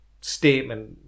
statement